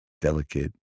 delicate